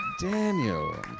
Daniel